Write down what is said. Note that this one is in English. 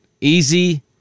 Easy